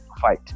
fight